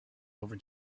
over